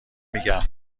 میگم